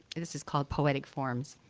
this is called poetic forms.